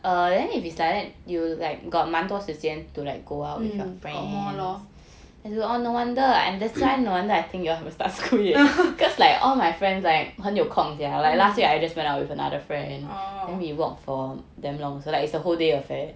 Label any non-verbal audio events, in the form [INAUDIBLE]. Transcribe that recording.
um got [LAUGHS] uh